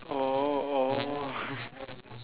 oh oh